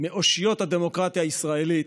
מאושיות הדמוקרטיה הישראלית,